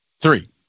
Three